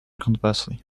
conversely